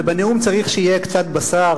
ובנאום צריך שיהיה קצת בשר,